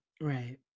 Right